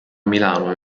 milano